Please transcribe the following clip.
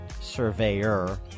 surveyor